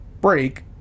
break